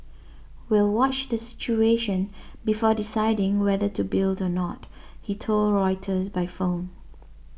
we'll watch the situation before deciding whether to build or not he told Reuters by phone